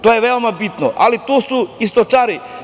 To je veoma bitno, ali tu su i stočari.